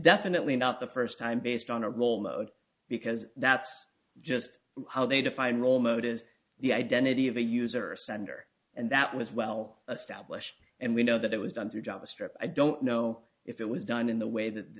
definitely not the first time based on a roll mode because that's just how they define roll mode is the identity of a user sender and that was well established and we know that it was done through javascript i don't know if it was done in the way that